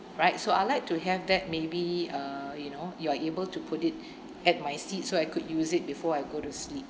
right so I like to have that maybe uh you know you are able to put it at my seat so I could use it before I go to sleep